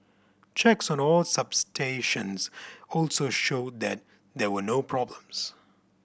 checks on all substations also showed that there were no problems